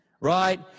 Right